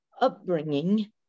upbringing